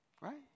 Right